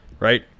Right